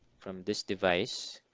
from this device